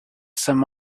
some